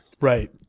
Right